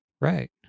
Right